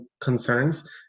concerns